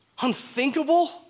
Unthinkable